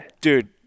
dude